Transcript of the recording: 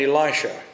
Elisha